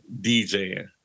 DJing